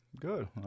good